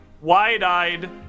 wide-eyed